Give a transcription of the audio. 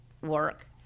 work